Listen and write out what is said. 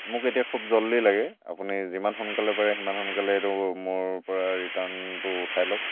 মোক এতিয়া খুব জলদি লাগে আপুনি যিমান সোনকালে পাৰে সিমান সোনকালে এইটো মোৰ পৰা ৰিটাৰ্ণটো উঠাই লওক